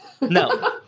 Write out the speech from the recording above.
no